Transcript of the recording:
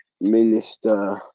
minister